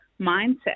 mindset